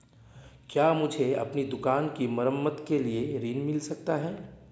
क्या मुझे अपनी दुकान की मरम्मत के लिए ऋण मिल सकता है?